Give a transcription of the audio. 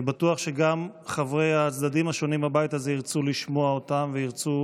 אני בטוח שגם חברי הצדדים השונים בבית הזה ירצו לשמוע אותם וירצו